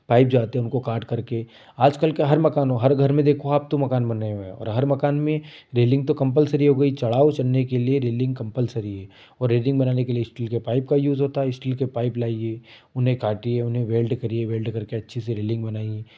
pipe जो आते हैं उनको काट करके आजकल के हर मकानों हर घर में देखो आप तो मकान बने हुए हैं और हर मकान में रेलिंग तो कंपलसरी हो गई चढ़ाव चढ़ने के लिए रेलिंग कंपलसरी है और रेलिंग बनाने के लिए स्टील के पाइप का यूज़ होता है स्टील के पाइप लाइए उन्हें काटिए उन्हें वेल्ड करिए वेल्ड करके अच्छे से रेलिंग बनाइए